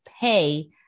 pay